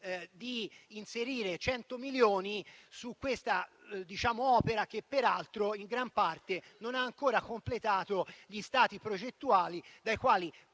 di inserire 100 milioni su questa opera, per la quale peraltro in gran parte non sono ancora stati completati gli stati progettuali dai quali